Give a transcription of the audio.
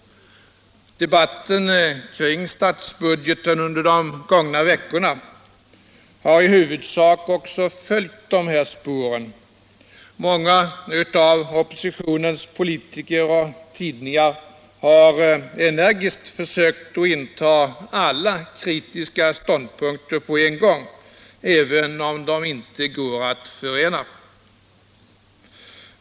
Debatten om statsbudgeten under de gångna veckorna har också i huvudsak följt dessa: spår. Många av oppositionens politiker och tidningar har energiskt försökt inta alla kritiska ståndpunkter på en gång, även om de inte går att förena.